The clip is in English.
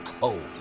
cold